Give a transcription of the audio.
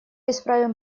исправим